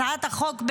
הצעת החוק,